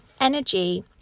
energy